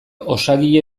osagile